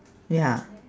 ya